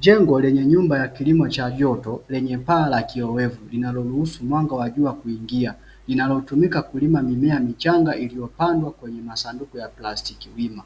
Jengo lenye nyumba ya kilimo cha joto lenye paa la kioevu linaloruhusu mwanga wa jua kuingia, linatumika kulima mimea michanga iliyopandwa kwenye masanduku ya plastiki wima.